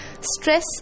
Stress